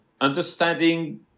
understanding